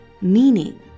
meaning